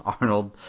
Arnold